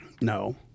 no